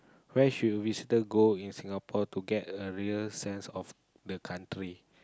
where should we still go in Singapore to get a real sense of the country